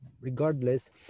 regardless